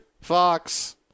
Fox